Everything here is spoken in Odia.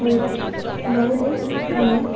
କରିବା ଗାଈରେ ଆମେ